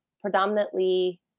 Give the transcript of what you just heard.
predominantly –